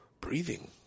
breathing